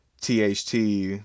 THT